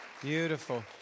Beautiful